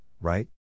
right